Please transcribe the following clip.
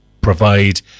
provide